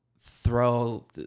throw